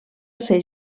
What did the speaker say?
ser